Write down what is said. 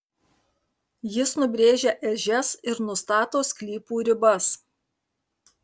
jis nubrėžia ežias ir nustato sklypų ribas